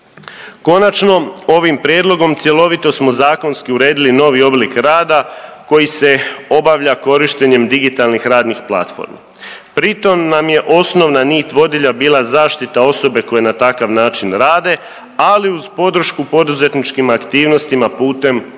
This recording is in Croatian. Konačno, ovim prijedlogom cjelovito smo zakonski uredili novi oblik rada koji se obavlja korištenjem digitalnih radnih platformi pritom nam je osnovna nit vodilja bila zaštita osobe koje na takav način rade, ali uz podršku poduzetničkim aktivnostima putem takvih